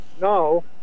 no